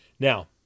Now